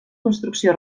construcció